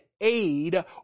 aid